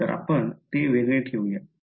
तर आपण ते वेगळे ठेवू